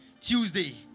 Tuesday